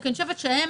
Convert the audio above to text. כי אני חושבת שהם